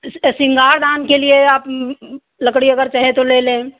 शृंगार दान के लिए आप लकड़ी अगर चाहे तो ले लें